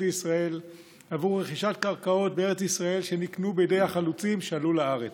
לישראל עבור רכישת קרקעות בארץ ישראל שנקנו בידי החלוצים שעלו לארץ.